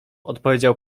odpowiedział